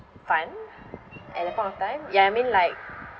fun at that point of time ya I mean like